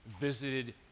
visited